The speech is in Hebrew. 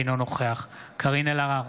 אינו נוכח קארין אלהרר,